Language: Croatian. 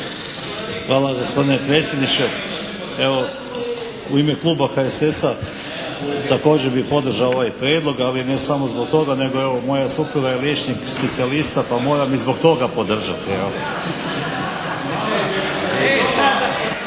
Hvala gospodine predsjedniče. Evo u ime kluba HSS-a također bih podržao ovaj prijedlog, ali ne samo zbog toga nego evo moja supruga je liječnik specijalista pa moram i zbog toga podržati.